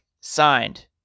signed